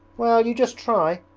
well, you just try.